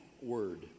word